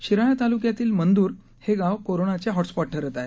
शिराळा तालुक्यातील मनदुर हे गाव कोरोना चे हॉटस्पॉट ठरत आहे